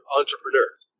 entrepreneurs